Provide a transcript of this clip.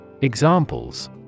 Examples